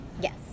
Yes